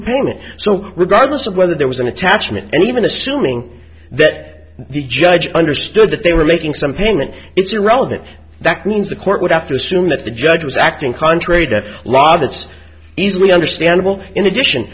opponent so regardless of whether there was an attachment and even assuming that the judge understood that they were making some payment it's irrelevant that means the court would have to assume that the judge was acting contrary to law that's easily understandable in addition